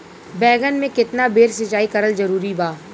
बैगन में केतना बेर सिचाई करल जरूरी बा?